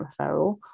referral